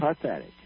pathetic